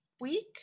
week